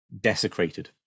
desecrated